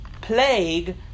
plague